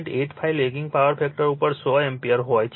85 lagging power factor ઉપર સો ampere હોય છે